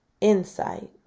insight